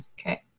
okay